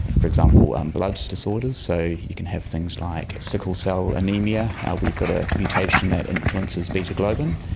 for example, um blood disorders. so you can have things like sickle-cell anaemia where you've got a mutation that influences beta globin.